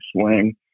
swing